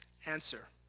answer,